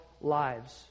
lives